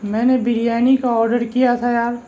میں نے بریانی کا آڈر کیا تھا یار